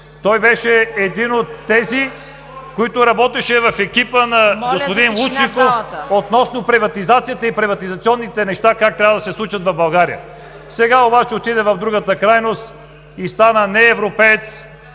за тишина в залата! ЦВЕТАН ЦВЕТАНОВ: …на господин Лучников относно приватизацията и приватизационните неща как трябва да се случат в България. Сега обаче отиде в другата крайност и стана не европеец,